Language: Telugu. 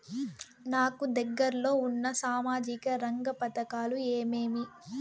నాకు దగ్గర లో ఉన్న సామాజిక రంగ పథకాలు ఏమేమీ?